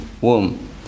womb